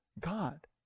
God